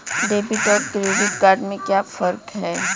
Debit और credit में क्या फर्क है?